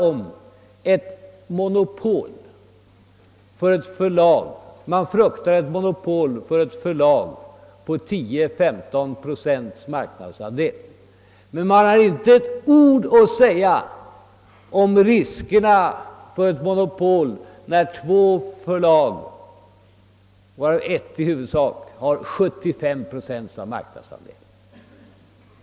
Och då ni säger er frukta monopol när det gäller ett förlag med 10—15 procents marknadsandel tycker jag det är egendomligt, att ni inte med ett ord berör monopolriskerna av att två förlag, huvudsakligen det ena, har 75 procent av marknaden.